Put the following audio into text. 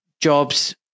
jobs